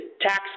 tax